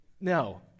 No